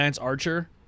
Archer